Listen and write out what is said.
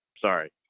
Sorry